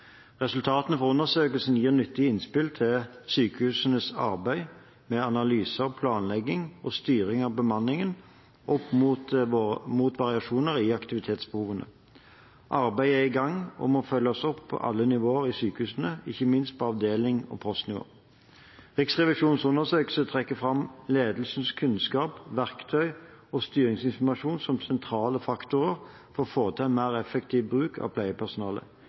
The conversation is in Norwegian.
Resultatene fra undersøkelsen gir nyttige innspill til sykehusenes arbeid med analyser, planlegging og styring av bemanningen opp mot variasjoner i aktivitetsbehovene. Arbeidet er i gang og må følges opp på alle nivå i sykehusene, ikke minst på avdelings- og postnivå. Riksrevisjonens undersøkelse trekker fram ledelsens kunnskap, verktøy og styringsinformasjon som sentrale faktorer for å få til en mer effektiv bruk av pleiepersonalet.